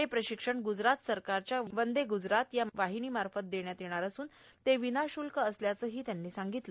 हे प्रशिक्षण गुजरात सरकारच्या वंदे गुजरात या वाहिनीमार्फत देण्यात येणार असून ते विनाशुल्क असल्याचंही त्यांनी सांगितलं